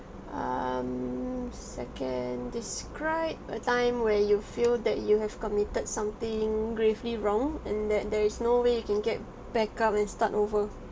um second describe a time where you feel that you have committed something gravely wrong and that there is no way you can get back up and start over